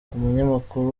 umunyamakuru